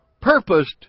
purposed